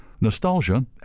nostalgia